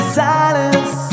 silence